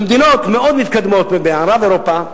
במדינות מאוד מתקדמות במערב-אירופה,